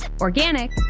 organic